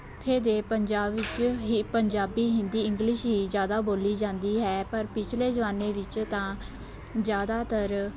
ਇੱਥੇ ਦੇ ਪੰਜਾਬ ਵਿੱਚ ਹੀ ਪੰਜਾਬੀ ਹਿੰਦੀ ਇੰਗਲਿਸ਼ ਹੀ ਜ਼ਿਆਦਾ ਬੋਲੀ ਜਾਂਦੀ ਹੈ ਪਰ ਪਿਛਲੇ ਜ਼ਮਾਨੇ ਵਿੱਚ ਤਾਂ ਜ਼ਿਆਦਾਤਰ